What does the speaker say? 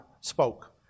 spoke